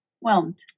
whelmed